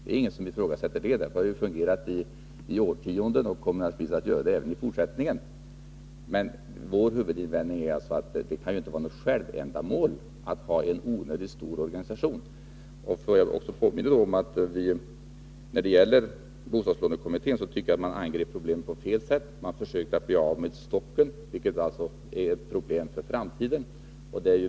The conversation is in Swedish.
Det är ingen som ifrågasätter det — det har fungerat i årtionden och kommer naturligtvis att göra det även i fortsättningen — men vår huvudinvändning är att det inte kan vara något självändamål att ha en onödigt stor organisation. Jag vill också påminna om att jag tycker att bostadslånekommittén angrep problemen på fel sätt. Man försökte att bli av med stocken, vilket är en uppgift för framtiden.